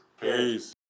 Peace